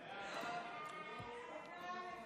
עברה בקריאה